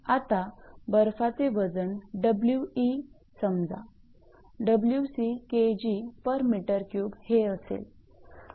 आता बर्फाचे वजन 𝑊𝑒 समजा 𝑊𝑐 𝐾𝑔𝑚3 हे असेल